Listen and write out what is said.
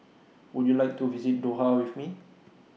Would YOU like to visit Doha with Me